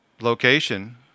location